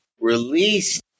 released